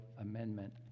amendment